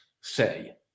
say